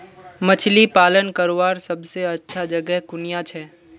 मछली पालन करवार सबसे अच्छा जगह कुनियाँ छे?